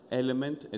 element